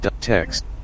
text